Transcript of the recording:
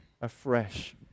afresh